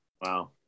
Wow